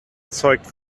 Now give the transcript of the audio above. zeugt